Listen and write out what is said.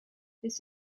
this